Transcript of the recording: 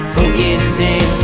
Focusing